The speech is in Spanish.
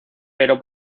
pero